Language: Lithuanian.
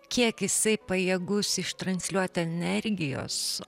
kiek jisai pajėgus iš transliuoti energijos